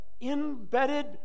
embedded